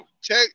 check